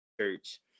church